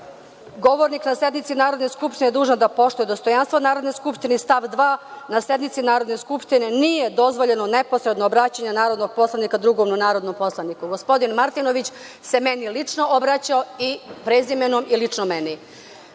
Govornik na sednici Narodne skupštine dužan je da poštuje dostojanstvo Narodne skupštine. Stav 2. – na sednici Narodne skupštine nije dozvoljeno neposredno obraćanje narodnog poslanika drugom narodnom poslaniku. Gospodin Martinović se meni lično obraćao. Da vam kažem, mi